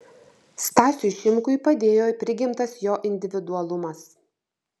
stasiui šimkui padėjo prigimtas jo individualumas